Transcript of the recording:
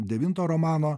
devinto romano